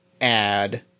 add